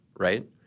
right